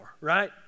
right